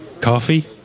Coffee